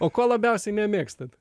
o ko labiausiai nemėgstat